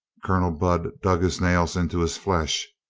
colonel budd dug his nails into his flesh.